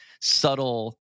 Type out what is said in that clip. subtle